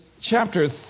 chapter